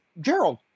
Gerald